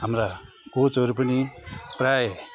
हाम्रा कोचहरू पनि प्रायः